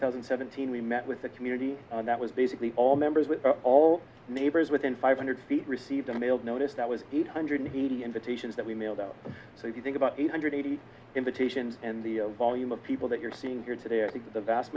thousand and seventeen we met with the community that was basically all members with all neighbors within five hundred feet received a mailed notice that was eight hundred eighty invitations that we mailed out so if you think about eight hundred eighty invitation and the volume of people that you're seeing here today i think the vast